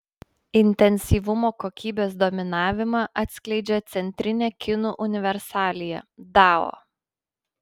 intensyvumo kokybės dominavimą atskleidžia centrinė kinų universalija dao